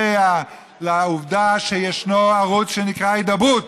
העובדה שישנו ערוץ שנקרא הידברות,